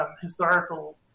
historical